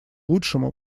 лучшему